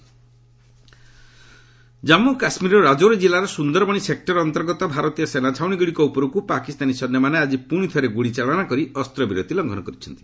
କେକେ ceasefire violation Jammu କାଶ୍ମୀରର ରାଜୌରୀ କିଲ୍ଲାର ସୁନ୍ଦରବଣି ସେକୂର ଅନ୍ତର୍ଗତ ଭାରତୀୟ ସେନା ଛାଉଣୀଗୁଡ଼ିକ ଉପରକୁ ପାକିସ୍ତାନୀ ସୈନ୍ୟମାନେ ଆକି ପୁଣି ଥରେ ଗୁଳିଚାଳନା କରି ଅସ୍ତ୍ରବିରତି ଲଙ୍ଘନ କରିଛନ୍ତି